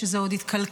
שזה עוד יתקלקל,